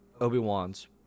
Obi-Wan's